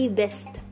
best